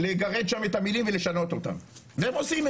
אני לא יכולה לתת נתונים על זה, כי